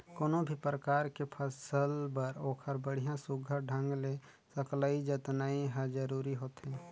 कोनो भी परकार के फसल बर ओखर बड़िया सुग्घर ढंग ले सकलई जतनई हर जरूरी होथे